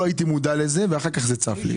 לא הייתי מודע לזה ואחר כך זה צף אצלי.